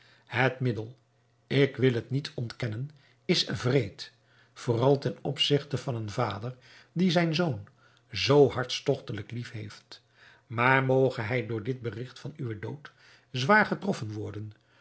het middel ik wil het niet ontkennen is wreed vooral ten opzigte van een vader die zijn zoon zoo hartstogtelijk lief heeft maar moge hij door dit berigt van uwen dood zwaar getroffen worden